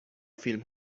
فیلم